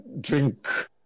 drink